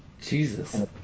Jesus